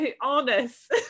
honest